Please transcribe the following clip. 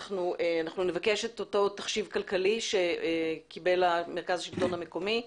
נבקש גם את אותו תחשיב כלכלי שקיבל המרכז לשלטון מקומי.